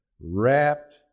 wrapped